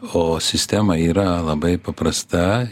o sistema yra labai paprasta